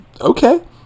okay